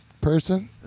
person